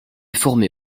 formé